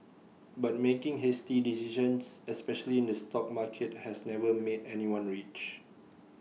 but making hasty decisions especially in the stock market has never made anyone rich